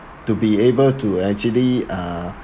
to be able to actually uh